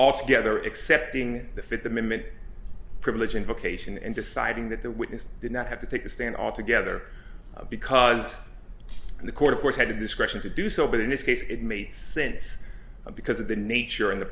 altogether accepting the fifth amendment privilege invocation and deciding that the witness did not have to take a stand off together because the court of course had discretion to do so but in this case it made sense because of the nature of the